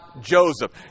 Joseph